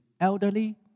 elderly